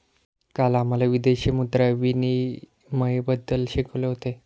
काल आम्हाला विदेशी मुद्रा विनिमयबद्दल शिकवले होते